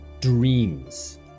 dreams